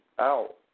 out